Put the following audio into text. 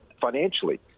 financially